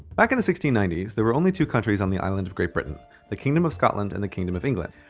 back in the sixteen ninety s there were only two countries on the island of great britain the kingdom of scotland and the kingdom of england.